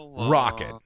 rocket